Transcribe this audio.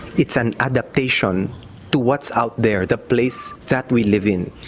it's an adaptation to what's out there, the place that we live in.